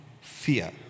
fear